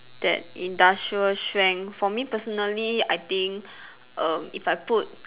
that industrial strength for me personally I think err if I put